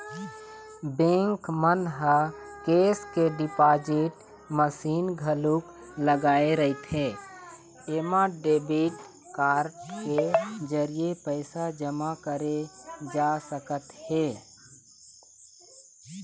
bank मन ह cash deposit machine घलोक लगाए रहिथे एमा डेबिट कारड के जरिए पइसा जमा करे जा सकत हे